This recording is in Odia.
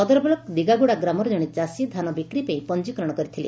ସଦର ବ୍ଲକ ଦିଗାଗୁଡ଼ା ଗ୍ରାମର କଣେ ଚାଷୀ ଧାନ ବିକ୍ରି ପାଇଁ ପଞିକରଶ କରିଥିଲେ